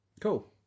Cool